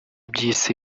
by’isi